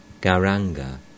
Garanga